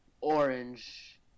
Orange